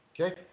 Okay